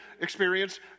experience